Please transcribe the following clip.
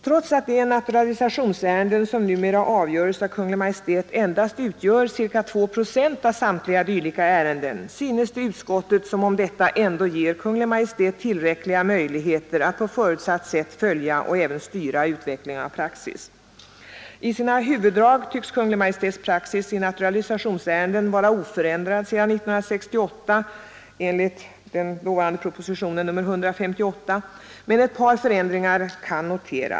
Trots att de naturalisationsärenden som numera avgöres av Kungl. Maj:t endast utgör ca 2 procent av samtliga dylika ärenden, synes det utskottet som om detta ger Kungl. Maj:t tillräckliga möjligheter att på förutsatt sätt följa och även styra utvecklingen av praxis. I sina huvuddrag tycks Kungl. Maj:ts praxis i naturalisationsärenden vara oförändrad sedan 1968 men ett par 57 förändringar bör noteras.